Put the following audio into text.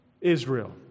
Israel